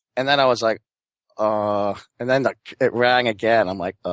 and then i was like ah and then it rang again. i'm like,